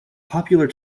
popular